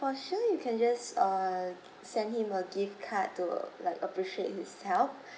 for sure you can just uh send him a gift card to like appreciate his help